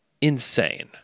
insane